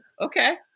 okay